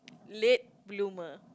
late bloomer